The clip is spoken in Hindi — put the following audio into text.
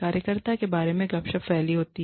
कार्यकर्ता के बारे में गपशप फैली हुई है